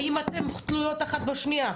האם הן תלויות אחת בשנייה,